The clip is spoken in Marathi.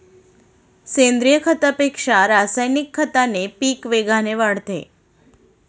सेंद्रीय खतापेक्षा रासायनिक खताने पीक वेगाने वाढते